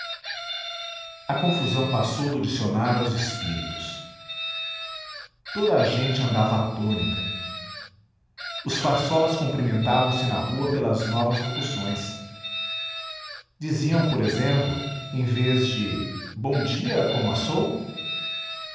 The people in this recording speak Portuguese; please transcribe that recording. a confusão passou do dicionário aos espíritos toda a gente andava atônita os farsolas cumprimentavam se na rua pela novas locuções diziam por exemplo em vez de bom dia como